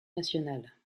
nationale